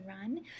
run